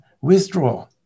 withdraw